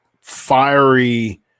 fiery